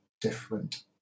different